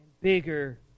bigger